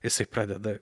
jisai pradeda